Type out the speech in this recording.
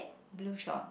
blue shorts